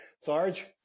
Sarge